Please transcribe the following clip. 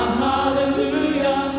hallelujah